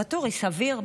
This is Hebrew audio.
ואטורי, סביר?